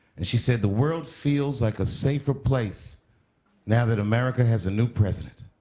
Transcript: and she said, the world feels like a safer place now that america has a new president.